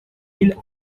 mille